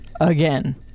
again